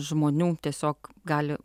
žmonių tiesiog gali